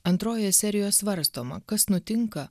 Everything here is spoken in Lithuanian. antrojoje serijoj svarstoma kas nutinka